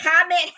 comment